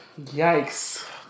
Yikes